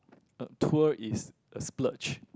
a tour is a splurge